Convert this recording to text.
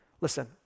Listen